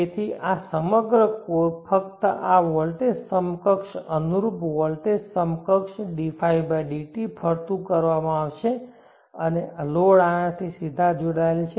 તેથી આ સમગ્ર કોર ફક્ત આ વોલ્ટેજ સમકક્ષ અનુરૂપ વોલ્ટેજ સમકક્ષ dϕdt ફરતું કરવામાં આવશે અને લોડ આનાથી સીધા જોડાયેલ છે